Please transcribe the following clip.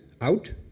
out